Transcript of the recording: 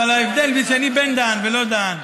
אבל ההבדל זה שאני בן-דהן ולא דהן,